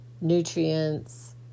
Nutrients